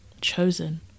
chosen